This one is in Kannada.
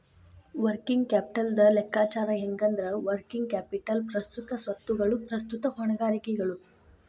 ವರ್ಕಿಂಗ್ ಕ್ಯಾಪಿಟಲ್ದ್ ಲೆಕ್ಕಾಚಾರ ಹೆಂಗಂದ್ರ, ವರ್ಕಿಂಗ್ ಕ್ಯಾಪಿಟಲ್ ಪ್ರಸ್ತುತ ಸ್ವತ್ತುಗಳು ಪ್ರಸ್ತುತ ಹೊಣೆಗಾರಿಕೆಗಳು